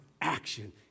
action